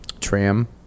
tram